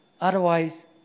Otherwise